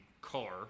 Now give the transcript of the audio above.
car